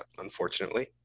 unfortunately